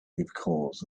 because